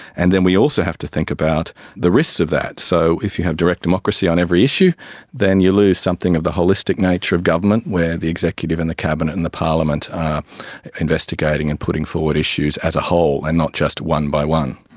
and then we also have to think about the risks of that. so if you have direct democracy on every issue then you lose something of the holistic nature of government where the executive and the cabinet and the parliament are investigating and putting forward issues as a whole and not just one by one.